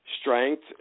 strength